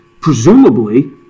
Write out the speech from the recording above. presumably